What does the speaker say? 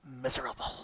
miserable